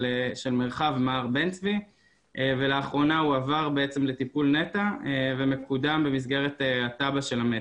מע"ר בן צבי ולאחרונה הועבר לטיפול נטע ומקודם במסגרת התב"ע של המטרו.